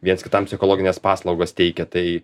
viens kitam psichologines paslaugas teikia tai